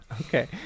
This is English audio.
Okay